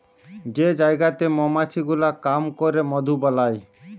যে জায়গাতে মমাছি গুলা কাম ক্যরে মধু বালাই